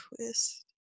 Twist